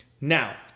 Now